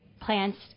plants